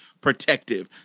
protective